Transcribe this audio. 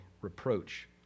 reproach